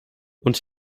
und